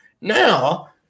Now